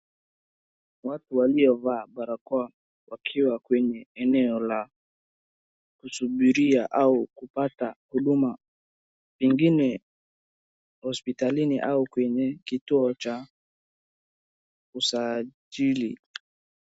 Watu waliovaa barakoa wakiwa kwenye eneo la kusubiria au kupata huduma pengine hospitalini au kwenye kituo cha kusajili.